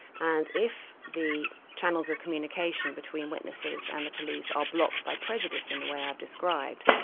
and if the channels of communication between witnesses and the police are blocked by prejudice in the way i've described,